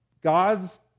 God's